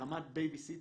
ברמת בייביסיטר,